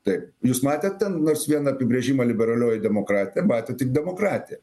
taip jūs matėt nors vieną apibrėžimą liberalioji demokratija matėt tik demokratija